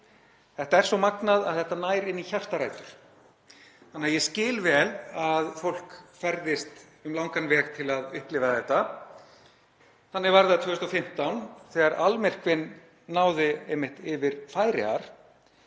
Þetta er svo magnað að þetta nær inn í hjartarætur. Ég skil vel að fólk ferðist um langan veg til að upplifa þetta. Þannig var það einmitt 2015 þegar almyrkvi náði yfir Færeyjar.